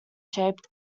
shaped